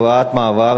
הוראת מעבר,